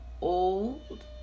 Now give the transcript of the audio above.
old